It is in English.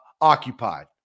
occupied